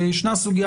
ויש סוגיה